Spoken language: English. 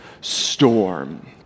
storm